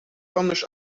anders